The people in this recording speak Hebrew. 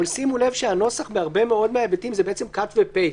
אבל שימו לב שהנוסח בהרבה מאוד מההיבטים זה cut ו-paste.